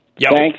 Thanks